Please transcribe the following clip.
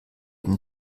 den